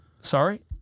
sorry